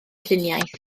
lluniaeth